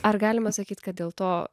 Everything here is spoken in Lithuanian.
ar galima sakyt kad dėl to